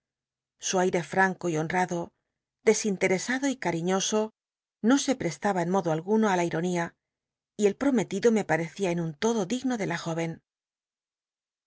su aire franco y honrado desinteresado y cariñoso no se pl'estaba en modo alguno á la il'onía y el p'omctido me paccia en un todo digno de la jincn